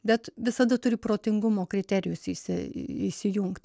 bet visada turi protingumo kriterijus įsi įsijungt